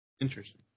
Interesting